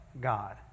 God